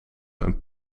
een